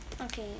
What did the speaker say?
Okay